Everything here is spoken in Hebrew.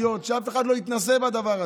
שאף אחד לא יתנסה בדבר הזה,